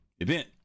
event